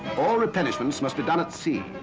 all replenishments must be done at sea.